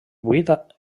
buit